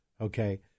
okay